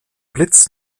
blitz